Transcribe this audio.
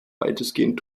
weitestgehend